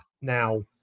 now